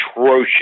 atrocious